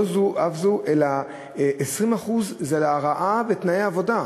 לא זו אף זו, אלא 20% על הרעה בתנאי העבודה,